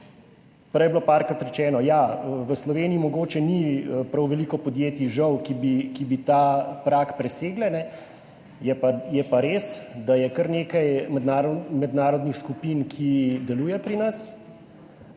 Prej je bilo parkrat rečeno, ja, v Sloveniji mogoče ni prav veliko podjetij, žal, ki bi ta prag presegla. Je pa res, da je kar nekaj mednarodnih skupin, ki deluje pri nas,